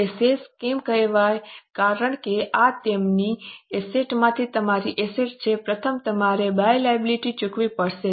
હવે શેષ કેમ કહેવાય કારણ કે આ તેમની એસેટ્સ માંથી તમારી એસેટ્સ છે પ્રથમ તમારે બાહ્ય લાયબિલિટી ચૂકવવી પડશે